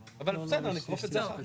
אבל בסדר, נבדוק את זה אחר כך.